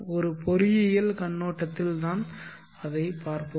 ஒரு பொறியியல் கண்ணோட்டத்தில் தான் அதைப் பார்ப்போம்